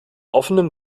offenen